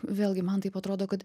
vėlgi man taip atrodo kad